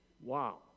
Wow